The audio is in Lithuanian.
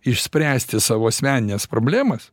išspręsti savo asmenines problemas